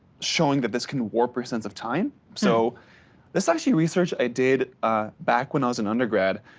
showing that this can warp your sense of time. so this actually research i did back when i was an undergrad,